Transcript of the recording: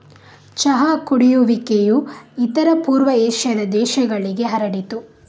ಚಹಾ ಕುಡಿಯುವಿಕೆಯು ಇತರ ಪೂರ್ವ ಏಷ್ಯಾದ ದೇಶಗಳಿಗೆ ಹರಡಿತು